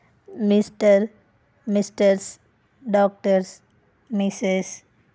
mister misters doctors misses